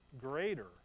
greater